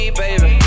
baby